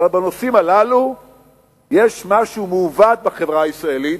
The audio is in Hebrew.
אבל בנושאים הללו יש משהו מעוות בחברה הישראלית.